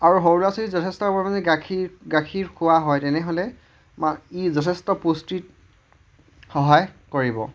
আৰু সৰু ল'ৰা ছোৱালী যথেষ্ট পৰিমাণে গাখীৰ গাখীৰ খোৱা হয় তেনেহ'লে ই যথেষ্ট পুষ্টিত সহায় কৰিব